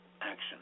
action